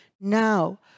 Now